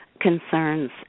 concerns